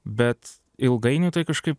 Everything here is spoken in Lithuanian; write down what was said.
bet ilgainiui tai kažkaip